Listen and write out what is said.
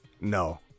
No